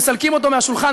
מסלקים אותו מהשולחן,